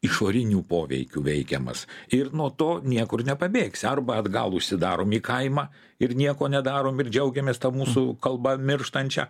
išorinių poveikių veikiamas ir nuo to niekur nepabėgsi arba atgal užsidarom į kaimą ir nieko nedarom ir džiaugiamės ta mūsų kalba mirštančia